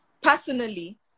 personally